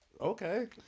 Okay